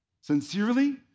sincerely